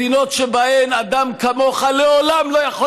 מדינות שבהן אדם כמוך לעולם לא היה יכול